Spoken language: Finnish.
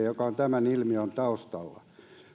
joka on tämän ilmiön taustalla